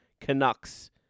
canucks